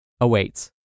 awaits